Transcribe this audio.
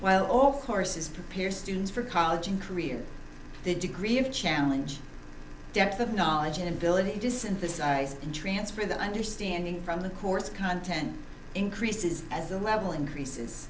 well all courses prepare students for college and career the degree of challenge depth of knowledge and ability to synthesize and transfer the understanding from the course content increases as the level increases